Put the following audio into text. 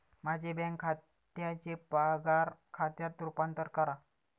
माझे बँक खात्याचे पगार खात्यात रूपांतर करा